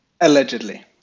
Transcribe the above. Allegedly